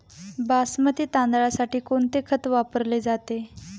बासमती तांदळासाठी कोणते खत वापरले जाते?